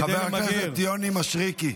חבר הכנסת יוני מישרקי,